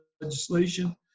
legislation